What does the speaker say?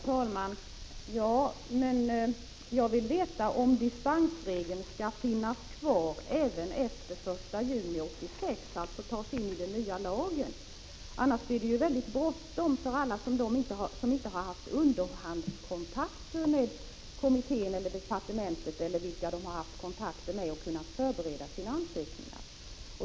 Herr talman! Jag vill fortfarande veta om dispensregeln skall finnas kvar även efter den 1 juli 1986 och alltså tas in i den nya lagen. Om så inte är fallet, blir det mycket bråttom för alla dem som inte har haft underhandskontakter med kommittén och departementet, eller vilka det nu är som kontakterna har tagits med, och som därför inte har kunnat förbereda sina ansökningar.